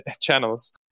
channels